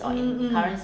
mmhmm